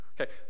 Okay